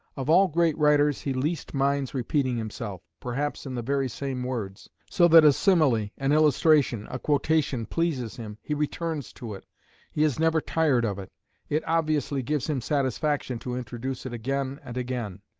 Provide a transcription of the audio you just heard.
of all great writers he least minds repeating himself, perhaps in the very same words so that a simile, an illustration, a quotation pleases him, he returns to it he is never tired of it it obviously gives him satisfaction to introduce it again and again.